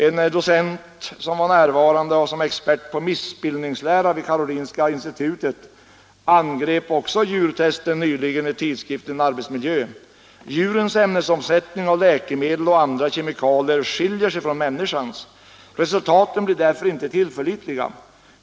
En vid mötet närvarande docent, som är expert på missbildningslära vid Karolinska institutet, angrep också nyligen djurtesten i tidskriften Arbetsmiljö: ”Dijurens ämnesomsättning av läkemedel och andra kemikalier skiljer sig från människans. Resultaten blir därför inte tillförlitliga.